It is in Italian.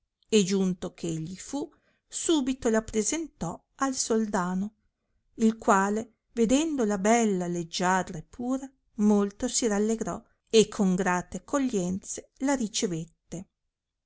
e giunto che egli fu subito la presentò al soldano il quale vedendola bella leggiadra e pura molto si rallegrò e con grate accoglienze la ricevette